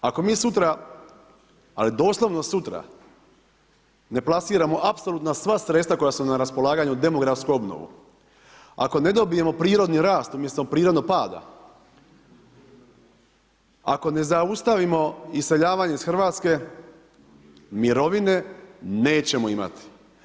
Ako mi sutra, ali doslovno sutra ne plasiramo apsolutno sva sredstva koja su na raspolaganju demografskoj obnovi, ako ne dobijemo prirodni rast umjesto prirodnog pada, ako ne zaustavimo iseljavanje iz Hrvatske, mirovine nećemo imati.